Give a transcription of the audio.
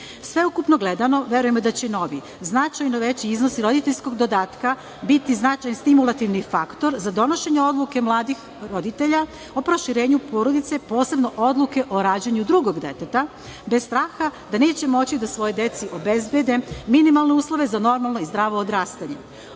Srbiji. Sveukupno gledano, verujemo da će novi značajno veći iznosi roditeljskog dodatka biti značajan stimulativni faktor za donošenje odluke mladih roditelja o proširenju porodice, posebno odluke o rađanju drugog deteta, bez straha da neće moći da svojoj deci obezbede minimalne uslove za normalno i zdravo odrastanje.